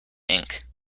ink